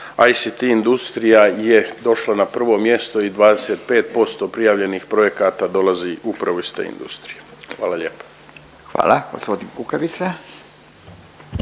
ICT industrija je došla na prvo mjesto i 25% prijavljenih projekata dolazi upravo iz te industrije. Hvala lijepo. **Radin,